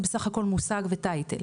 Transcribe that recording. זה בסך הכול מושג ו'טייטל',